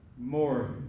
more